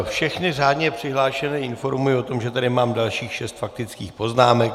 Všechny řádně přihlášené informuji o tom, že tady mám dalších šest faktických poznámek.